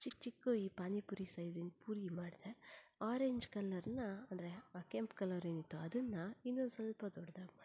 ಚಿಕ್ಕ ಚಿಕ್ಕ ಈ ಪಾನಿಪೂರಿ ಸೈಜಿಂದು ಪೂರಿ ಮಾಡಿದೆ ಆರೆಂಜ್ ಕಲ್ಲರ್ನ ಅಂದರೆ ಕೆಂಪು ಕಲ್ಲರ್ ಏನಿತ್ತು ಅದನ್ನು ಇನ್ನೊಂದು ಸ್ವಲ್ಪ ದೊಡ್ದಾಗಿ ಮಾಡಿದೆ